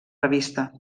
revista